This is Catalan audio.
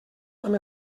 amb